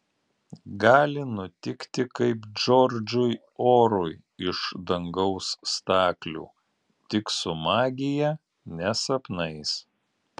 gali nutikti kaip džordžui orui iš dangaus staklių tik su magija ne sapnais